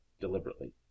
deliberately